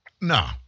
no